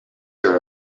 are